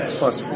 plus